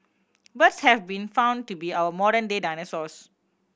birds have been found to be our modern day dinosaurs